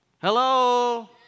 Hello